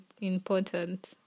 important